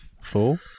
Four